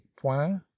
point